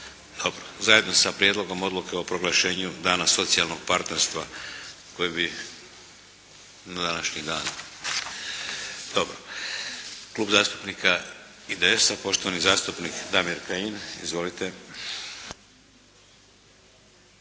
zajedno sa Prijedlogom odluke o proglašenju Dana socijalnog partnerstva, kojeg bi na današnji dan. Dobro. Klub zastupnika IDS-a, poštovani zastupnik Damir Kajin. Izvolite.